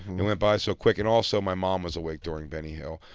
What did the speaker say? and went by so quick. and also, my mom was awake during benny hill.